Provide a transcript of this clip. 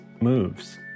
moves